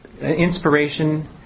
inspiration